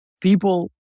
people